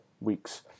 weeks